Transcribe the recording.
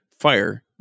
fire